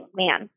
man